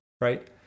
right